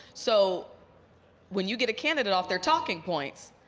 so when you get a candidate off their talking points,